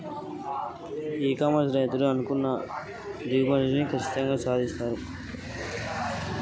ఇ commerce రైతులకు ఏ విధంగా సహాయం చేస్తుంది?